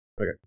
Okay